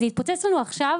זה התפוצץ לנו עכשיו,